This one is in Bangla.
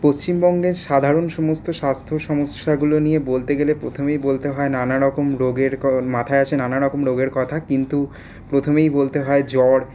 পশ্চিমবঙ্গের সাধারণ সমস্ত স্বাস্থ্য সমস্যাগুলো নিয়ে বলতে গেলে প্রথমেই বলতে হয় নানারকম রোগের মাথায় আসে রোগের কথা কিন্তু প্রথমেই বলতে হয় জ্বর